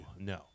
no